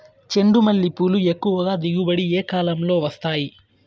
చెండుమల్లి పూలు ఎక్కువగా దిగుబడి ఏ కాలంలో వస్తాయి